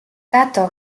tato